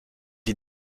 est